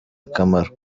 akamaro